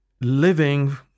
living